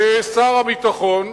ושר הביטחון,